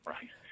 Right